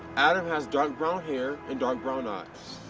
adam has dark brown hair and dark brown ah eyes.